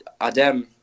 Adem